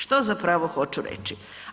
Što zapravo hoću reći?